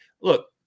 look